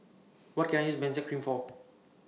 What Can I use Benzac Cream For